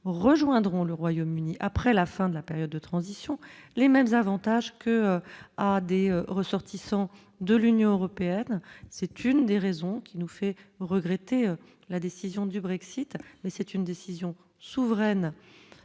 rejoindront le Royaume-Uni, après la fin de la période de transition, les mêmes avantages que à des ressortissants de l'Union européenne, c'est une des raisons qui nous fait regretter la décision du Brexit mais c'est une décision souveraine